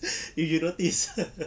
if you notice